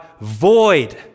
void